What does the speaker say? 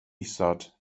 isod